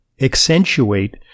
accentuate